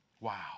Wow